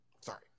sorry